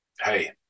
hey